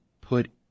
put –